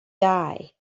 die